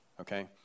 okay